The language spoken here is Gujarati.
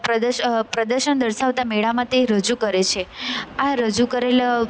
પ્રદર્શન પ્રદર્શન દર્શાવતા મેળામાં તે રજૂ કરે છે આ રજૂ કરેલા